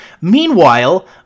meanwhile